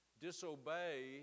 disobey